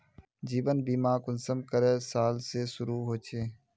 जीवन बीमा कुंसम करे साल से शुरू होचए?